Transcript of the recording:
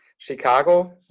Chicago